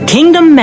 Kingdom